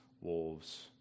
wolves